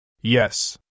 Yes